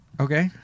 Okay